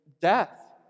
death